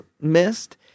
missed